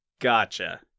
Gotcha